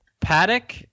Paddock